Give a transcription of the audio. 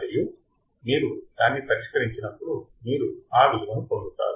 మరియు మీరు దాన్ని పరిష్కరించినప్పుడు మీరు ఆ విలువను పొందుతారు